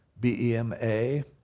B-E-M-A